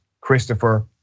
Christopher